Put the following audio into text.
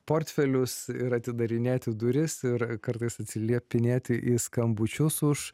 portfelius ir atidarinėti duris ir kartais atsiliepinėti į skambučius už